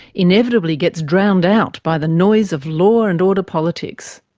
inevitably gets drowned out by the noise of law and order politics.